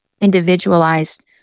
individualized